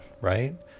right